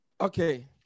Okay